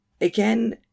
again